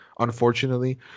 unfortunately